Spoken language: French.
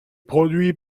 produit